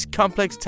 complex